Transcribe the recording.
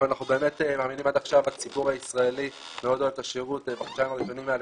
עד עכשיו הציבור הישראלי מאוד אוהב את השירות, מעל